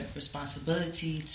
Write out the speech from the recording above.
responsibility